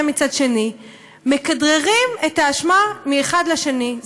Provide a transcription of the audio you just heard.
מצד שני מכדררים את האשמה מהאחד לשני,